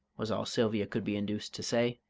was all sylvia could be induced to say.